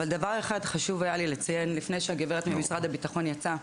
אבל דבר אחד חשוב היה לי לציין לפני שהגברת ממשרד הביטחון יצאה.